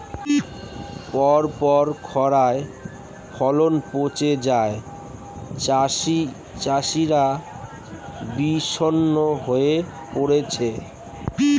পরপর খড়ায় ফলন পচে যাওয়ায় চাষিরা বিষণ্ণ হয়ে পরেছে